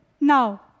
now